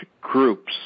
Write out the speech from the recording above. groups